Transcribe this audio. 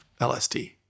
LSD